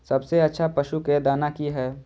सबसे अच्छा पशु के दाना की हय?